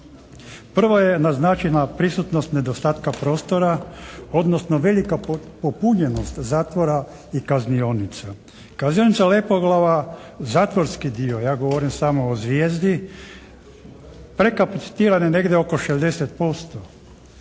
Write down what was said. Prvo je naznačena prisutnost nedostatka prostora, odnosno velika popunjenost zatvora i kaznionica. Kaznionica Lepoglava zatvorski dio, ja govorim samo o zvijezdi prekapicitiran je negdje oko 60%